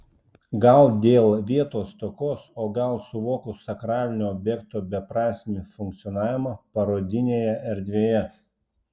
gal dėl vietos stokos o gal suvokus sakralinio objekto beprasmį funkcionavimą parodinėje erdvėje